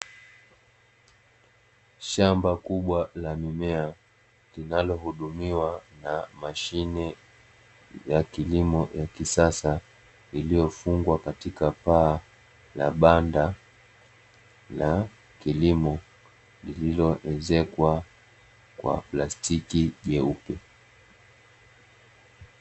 Shamba kubwa la mimea linalohudumiwa na mashine ya kilimo ya kisasa, iliyofungwa katika paa la banda la kilimo lililoezekwa kwa plastiki jeupe.